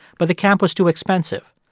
but the camp was too expensive.